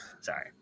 sorry